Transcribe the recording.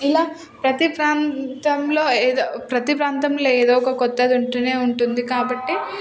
ఇలా ప్రతి ప్రాంతంలో ఏదో ప్రతి ప్రాంతంలో ఏదో ఒక కొత్తది ఉంటూనే ఉంటుంది కాబట్టి